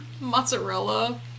mozzarella